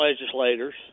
legislators